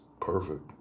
perfect